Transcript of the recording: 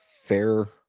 fair